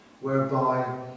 whereby